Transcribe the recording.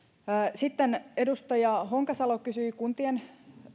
sitten edustaja honkasalo kysyi kuntien